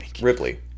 Ripley